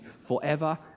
forever